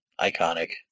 Iconic